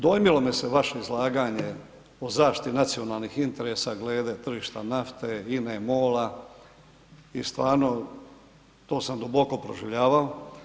Dojmilo me se vaše izlaganje o zaštiti nacionalnih interesa glede tržišta nafte, INA-e, MOL-a i stvarno, to sam duboko proživljavao.